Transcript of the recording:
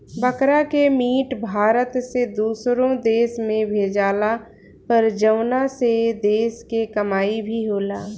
बकरा के मीट भारत से दुसरो देश में भेजाला पर जवना से देश के कमाई भी होला